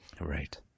Right